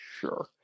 sure